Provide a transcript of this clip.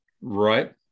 Right